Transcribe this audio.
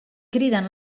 criden